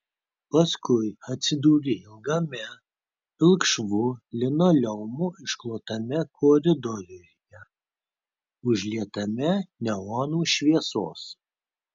paskui atsidūrė ilgame pilkšvu linoleumu išklotame koridoriuje užlietame neonų šviesos